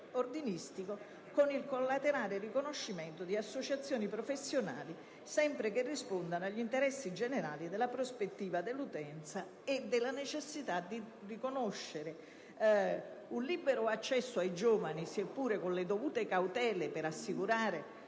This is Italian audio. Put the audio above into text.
ordinistico con il collaterale riconoscimento di associazioni professionali, sempre che rispondano agli interessi generali della prospettiva dell'utenza e della necessità di riconoscere un libero accesso ai giovani, sia pure con le dovute cautele per assicurare